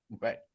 Right